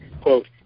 Quote